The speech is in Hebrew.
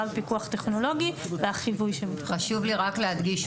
בפיקוח טכנולוגי והחיווי --- חשוב לי רק להדגיש,